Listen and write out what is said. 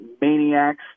maniacs